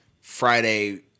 Friday